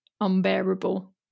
unbearable